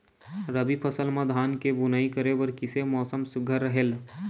रबी फसल म धान के बुनई करे बर किसे मौसम सुघ्घर रहेल?